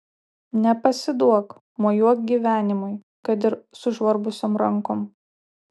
nepasiduok mojuok gyvenimui kad ir sužvarbusiom rankom